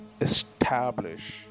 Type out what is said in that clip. establish